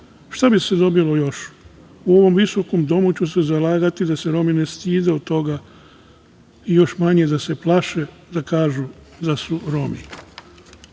bi se dobilo još? U ovom visokom domu ću se zalagati da se Romi ne stide od toga i još manje da se plaše da kažu da su Romi.Zašto